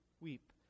weep